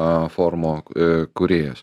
a forumo ė kūrėjas